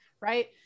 right